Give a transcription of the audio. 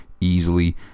Easily